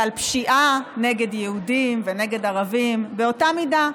ועל פשיעה נגד יהודים ונגד ערבים באותה מידה.